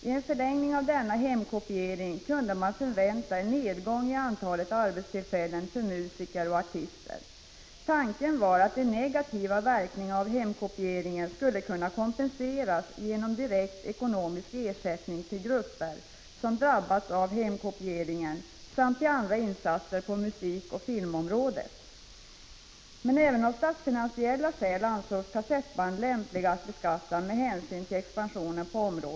I en förlängning av denna ökning av hemkopieringen kunde man dessutom förvänta en nedgång i antalet arbetstillfällen för musiker och artister. Tanken var att de negativa verkningarna av hemkopieringen skulle kunna kompenseras genom direkt ekonomisk ersättning till grupper som drabbats av hemkopieringen samt bidrag till andra insatser på musikoch filmområdet. Men även av statsfinansiella skäl ansågs kassettband lämpliga att beskatta med hänsyn till expansionen på området.